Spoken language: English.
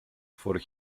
for